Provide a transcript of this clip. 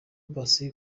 paccy